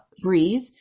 Breathe